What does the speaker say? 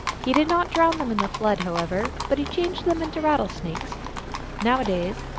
he did not drown them in the flood, however, but he changed them into rattlesnakes. nowadays,